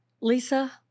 Lisa